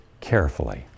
carefully